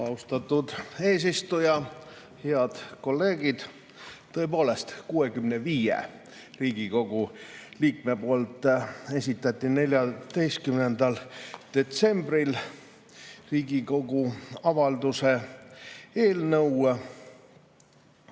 Austatud eesistuja! Head kolleegid! Tõepoolest, 65 Riigikogu liiget esitasid 14. detsembril Riigikogu avalduse eelnõu